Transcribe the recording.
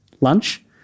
lunch